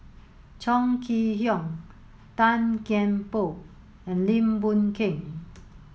Chong Kee Hiong Tan Kian Por and Lim Boon Keng